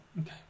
Okay